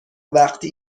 وقتی